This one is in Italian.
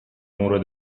muro